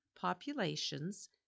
populations